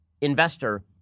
investor